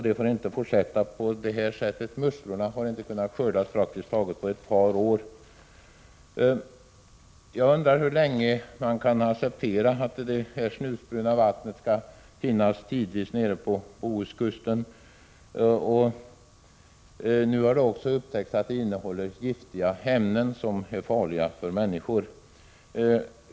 Det får inte fortsätta på det här sättet. Musslorna har inte kunnat skördas på praktiskt taget ett par år. Jag undrar hur länge vi kan acceptera att detta snusbruna vatten tidvis skall finnas vid Bohuskusten. Nu har det också upptäckts att vattnet innehåller giftiga ämnen som är farliga för människor.